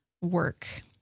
work